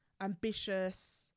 ambitious